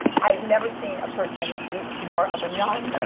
i have never seen a person be more of a nun